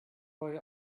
boy